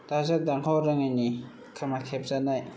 दाजाब दानख' रोङैनि खोमा खेबजानाय